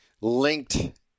linked